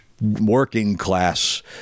working-class